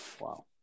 Wow